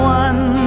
one